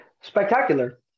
Spectacular